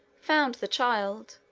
found the child,